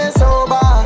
sober